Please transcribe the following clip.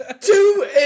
two